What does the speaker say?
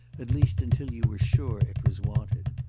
at least until you were sure it was wanted.